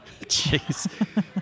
Jeez